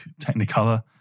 technicolor